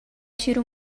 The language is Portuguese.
tiro